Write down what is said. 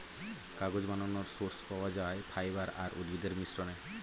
কাগজ বানানোর সোর্স পাওয়া যায় ফাইবার আর উদ্ভিদের মিশ্রণে